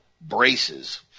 braces